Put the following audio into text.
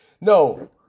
No